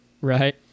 Right